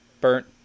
burnt